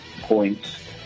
points